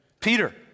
Peter